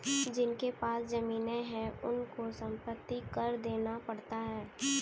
जिनके पास जमीने हैं उनको संपत्ति कर देना पड़ता है